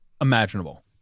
imaginable